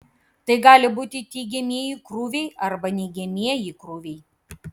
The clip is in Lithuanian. tai gali būti teigiamieji krūviai arba neigiamieji krūviai